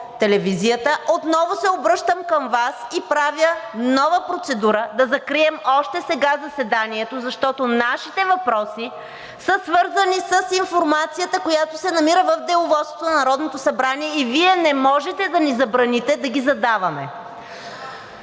телевизията, отново се обръщам към Вас и правя нова процедура да закрием още сега заседанието, защото нашите въпроси са свързани с информацията, която се намира в Деловодството на Народното събрание и Вие не можете да ни забраните да ги задаваме.